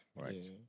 right